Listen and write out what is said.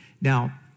Now